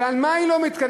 ועל מה היא לא מתכנסת?